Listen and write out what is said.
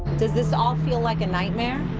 does this all feel like a nightmare?